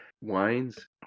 wines